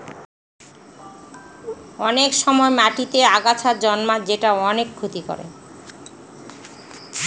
অনেক সময় মাটিতেতে আগাছা জন্মায় যেটা অনেক ক্ষতি করে